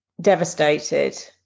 devastated